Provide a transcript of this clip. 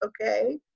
Okay